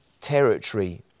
territory